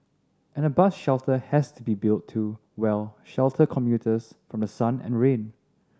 and a bus shelter has to be built to well shelter commuters from the sun and rain